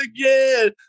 again